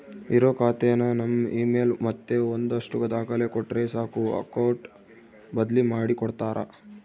ಇರೋ ಖಾತೆನ ನಮ್ ಇಮೇಲ್ ಮತ್ತೆ ಒಂದಷ್ಟು ದಾಖಲೆ ಕೊಟ್ರೆ ಸಾಕು ಅಕೌಟ್ ಬದ್ಲಿ ಮಾಡಿ ಕೊಡ್ತಾರ